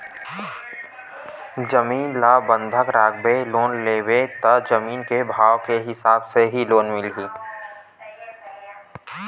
जमीन ल बंधक राखके लोन लेबे त जमीन के भाव के हिसाब ले ही लोन मिलही